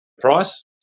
price